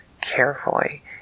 carefully